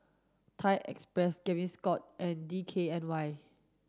Thai Express Gaviscon and D K N Y